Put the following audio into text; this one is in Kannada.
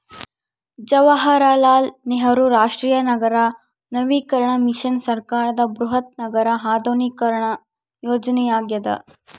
ಜವಾಹರಲಾಲ್ ನೆಹರು ರಾಷ್ಟ್ರೀಯ ನಗರ ನವೀಕರಣ ಮಿಷನ್ ಸರ್ಕಾರದ ಬೃಹತ್ ನಗರ ಆಧುನೀಕರಣ ಯೋಜನೆಯಾಗ್ಯದ